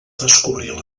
descobrir